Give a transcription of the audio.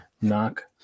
Knock